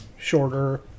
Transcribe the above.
shorter